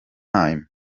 time